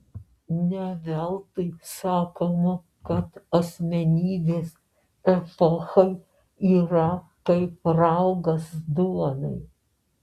ne veltui sakoma kad asmenybės epochai yra kaip raugas duonai